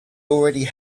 already